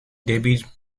david